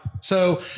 So-